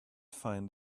find